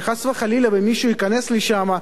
שחס וחלילה מישהו ייכנס לשם,